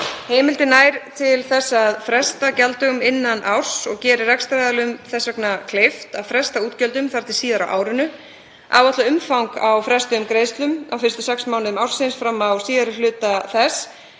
Heimildin nær til að fresta gjalddögum innan árs og gerir rekstraraðilum þess vegna kleift að fresta útgjöldum þar til síðar á árinu. Áætlað umfang á frestuðum greiðslum á fyrstu sex mánuðum ársins fram á síðari hluta þess